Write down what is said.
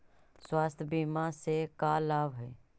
स्वास्थ्य बीमा से का लाभ है?